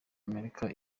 amerika